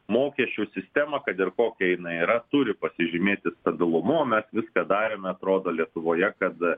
mokesčių sistema kad ir kokia jinai yra turi pasižymėti stabilumu mes viską darėme atrodo lietuvoje kad